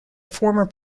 former